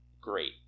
great